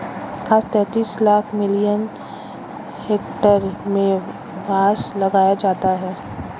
आज तैंतीस lakh million hectare में बांस लगाया जाता है